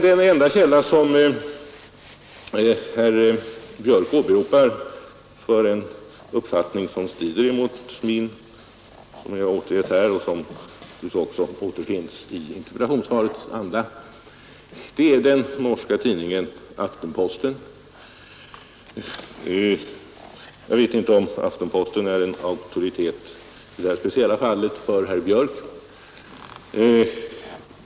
Den enda källa som herr Björck egentligen åberopar för en uppfattning som strider mot min, som jag här har återgivit och som också återfinns i interpellationssvarets anda, är den norska tidningen Aften maters utåtriktade utrikespolitiska aktivitet posten. Jag vet inte om Aftenposten är någon auktoritet i det här speciella fallet för herr Björck.